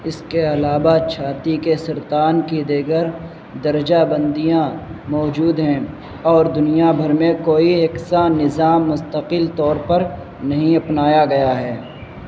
اس کے علاوہ چھاتی کے سرطان کی دیگر درجہ بندیاں موجود ہیں اور دنیا بھر میں کوئی یکساں نظام مستقل طور پر نہیں اپنایا گیا ہے